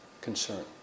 Concern